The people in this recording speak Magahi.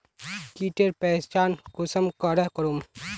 कीटेर पहचान कुंसम करे करूम?